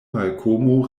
malkomo